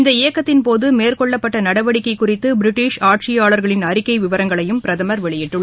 இந்த இயக்கத்தின் போதுமேற்கொள்ளப்பட்டநடவடிக்கைகுறித்துபிரிட்டிஷ் ஆட்சியாளர்களின் அறிக்கைவிவரங்களையும் பிரதமர் வெளியிட்டுள்ளார்